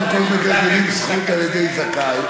שני דברים: קודם כול, מגלגלים זכות על-ידי זכאי,